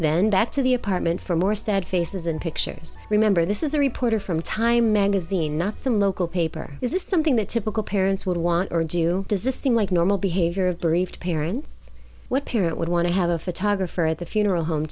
then back to the apartment for more sad faces and pictures remember this is a reporter from time magazine not some local paper is this something that typical parents would want or do desisting like normal behavior of bereaved parents what parent would want to have a photographer at the funeral home